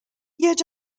yet